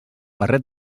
barret